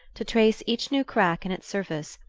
to trace each new crack in its surface,